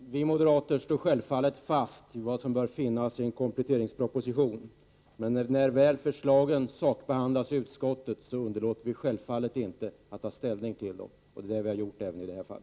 Herr talman! Vi moderater står självfallet fast vid vad vi har sagt bör finnas i en kompletteringsproposition. Men när väl förslagen sakbehandlas i utskottet underlåter vi inte att ta ställning till dem. Så har vi gjort även i detta fall.